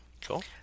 Cool